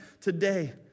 today